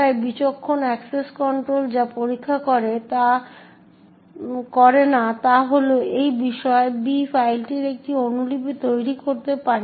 তাই বিচক্ষণ access control যা পরীক্ষা করে না তা হল এই বিষয় B ফাইলটির একটি অনুলিপি তৈরি করতে পারে